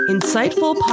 Insightful